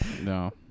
No